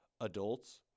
adults